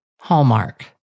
Hallmark